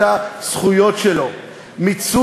אי-אפשר לטמון את החול, אמרת טוב.